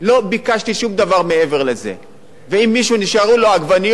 ואם מישהו נשארו לו עגבניות מעוכות והוא לא הצליח לעשות אתן כלום,